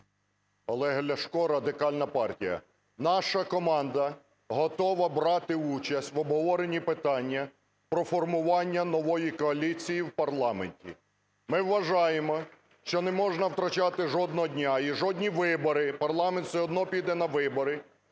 Олег Ляшко, Радикальна партія. Наша команда готова брати участь в обговоренні питання про формування нової коаліції в парламенті. Ми вважаємо, що не можна втрачати жодного дня і жодні вибори. Парламент все одно піде на вибори.